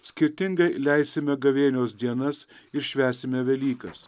skirtingai leisime gavėnios dienas ir švęsime velykas